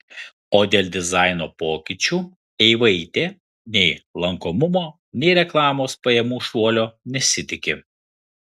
o dėl dizaino pokyčių eivaitė nei lankomumo nei reklamos pajamų šuolio nesitiki